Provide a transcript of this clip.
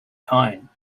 kine